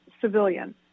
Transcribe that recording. civilian